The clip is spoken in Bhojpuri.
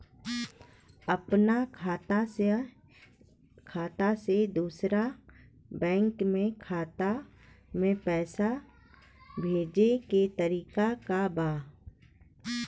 अपना खाता से दूसरा बैंक के खाता में पैसा भेजे के तरीका का बा?